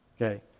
Okay